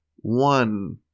one